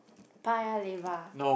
Paya-Lebar